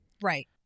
right